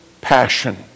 passion